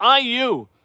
IU